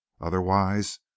Otherwise